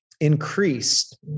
increased